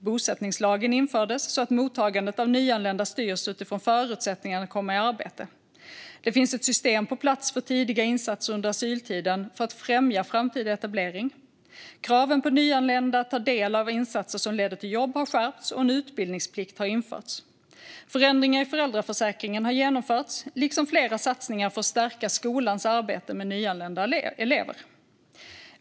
Bosättningslagen infördes så att mottagandet av nyanlända styrs utifrån förutsättningarna att komma i arbete. Det finns ett system på plats för tidiga insatser under asyltiden, för att främja framtida etablering. Kraven på nyanlända att ta del av insatser som leder till jobb har skärpts, och en utbildningsplikt har införts. Förändringar i föräldraförsäkringen har genomförts, liksom flera satsningar för att stärka skolans arbete med nyanlända elever.